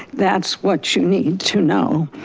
that's what you need to know.